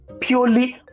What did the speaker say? purely